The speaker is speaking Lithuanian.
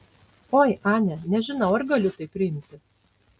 oi ane nežinau ar galiu tai priimti